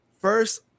first